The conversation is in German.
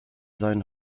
sein